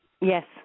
Yes